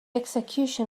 execution